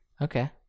Okay